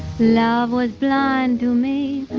love was blind to me,